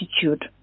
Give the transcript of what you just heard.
attitude